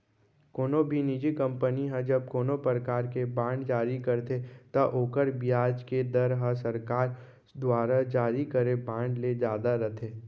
कोनो भी निजी कंपनी ह जब कोनों परकार के बांड जारी करथे त ओकर बियाज के दर ह सरकार दुवारा जारी करे बांड ले जादा रथे